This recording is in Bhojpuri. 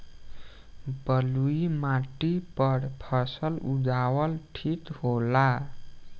बलुई माटी पर फसल उगावल ठीक होला?